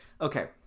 Okay